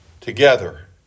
together